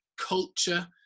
culture